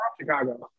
Chicago